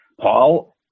Paul